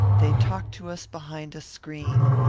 they talk to us behind a screen.